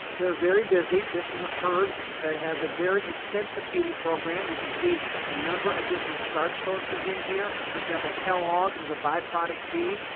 they are very busy this is a herd that has a very extensive feeding program. you can see a number of different starch sources in here. for example, kelloggs is a by-product feed.